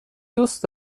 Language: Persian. دوست